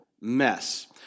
mess